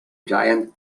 giant